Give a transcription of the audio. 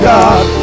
God